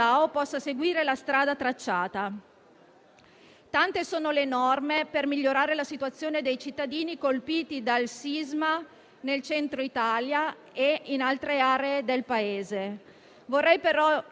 della possibilità di utilizzare contributi per la ricostruzione in favore di imprese agricole e agroindustriali colpite dal sisma del 2012 nelle Regioni Emilia-Romagna, Lombardia e Veneto.